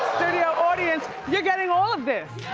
studio audience, you're getting all of this.